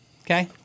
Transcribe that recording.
Okay